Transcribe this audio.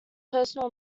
personal